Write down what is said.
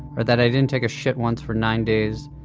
or that i didn't take a shit once for nine days,